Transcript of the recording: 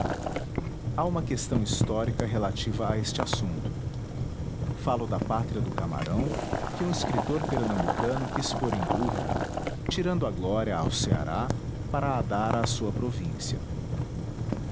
há uma questão histórica relativa a este assunto falo da pátria do camarão que um escritor pernambucano quis pôr em dúvida tirando a glória ao ceará para a dar à sua província